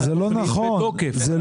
זה בתוקף.